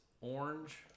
orange